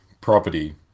property